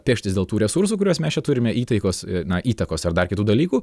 peštis dėl tų resursų kuriuos mes čia turime į taikos na įtakos ar dar kitų dalykų